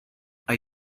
are